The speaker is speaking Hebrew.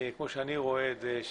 כמו שאני רואה את זה,